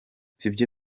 sibyo